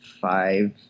five